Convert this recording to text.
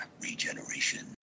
Regeneration